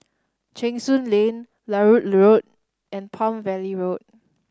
Cheng Soon Lane Larut Road and Palm Valley Road